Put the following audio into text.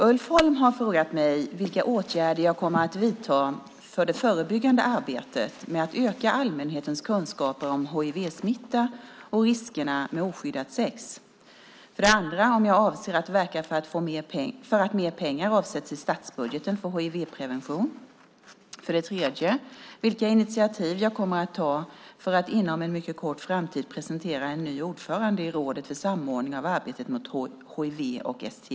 Ulf Holm har frågat mig vilka åtgärder jag kommer att vidta för det förebyggande arbetet med att öka allmänhetens kunskaper om hivsmitta och riskerna med oskyddat sex, om jag avser att verka för att mer pengar avsätts i statsbudgeten för hivprevention och vilka initiativ jag kommer att ta för att inom en mycket kort framtid presentera en ny ordförande i rådet för samordning av arbetet mot hiv och STI.